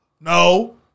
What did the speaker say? No